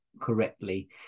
correctly